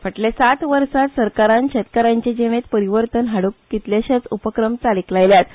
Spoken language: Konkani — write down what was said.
फाटल्या सात वर्सांत सरकारान शेतकारांचे जिणेंत परिवर्तन हाड्रंक कितलेशेच उपक्रम चालीक लायल्यात